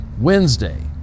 Wednesday